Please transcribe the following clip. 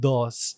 Dos